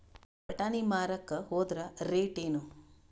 ಬಟಾನಿ ಮಾರಾಕ್ ಹೋದರ ರೇಟೇನು?